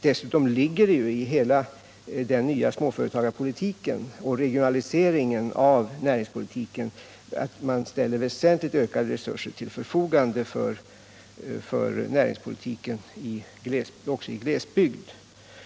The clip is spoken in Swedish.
Dessutom innebär hela den nya småföretagarpolitiken och regionaliseringen av näringspolitiken att man ställer väsentligt ökade resurser till förfogande för näringspolitiken även i glesbygd.